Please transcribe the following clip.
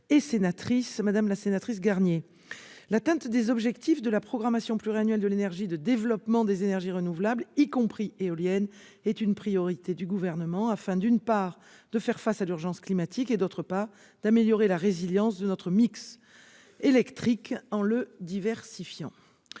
d'État. Madame la sénatrice Garnier, l'atteinte des objectifs de la programmation pluriannuelle de l'énergie en matière de développement des énergies renouvelables, y compris de l'énergie éolienne, est une priorité du Gouvernement. Il s'agit, d'une part, de faire face à l'urgence climatique, d'autre part, d'améliorer la résilience de notre mix électrique en le diversifiant.